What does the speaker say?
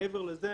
מעבר לזה,